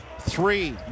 three